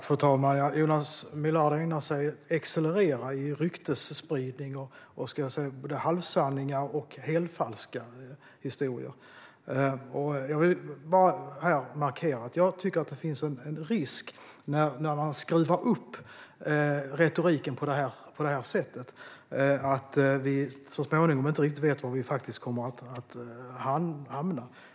Fru talman! Jonas Millard ägnar sig åt att excellera i ryktesspridning. Han kommer med både halvsanningar och helt falska historier. Jag vill här bara markera att jag tycker att det finns en risk med detta: Genom att skruva upp retoriken på det här sättet vet vi inte riktigt var vi så småningom kommer att hamna.